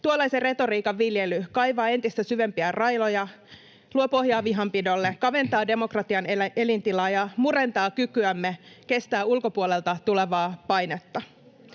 tuollaisen retoriikan viljely kaivaa entistä syvempiä railoja, luo pohjaa vihanpidolle, kaventaa demokratian elintilaa ja murentaa kykyämme kestää ulkopuolelta tulevaa painetta.